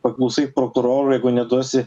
paklausai prokurorų jeigu neduosi